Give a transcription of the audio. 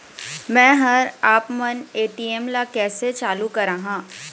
मैं हर आपमन ए.टी.एम ला कैसे चालू कराहां?